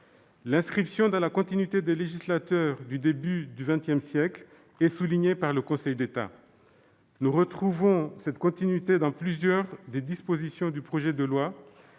L'inscription dans la continuité des législateurs du début du XX siècle est soulignée par le Conseil d'État. Nous retrouvons cette continuité dans plusieurs des dispositions du projet de loi,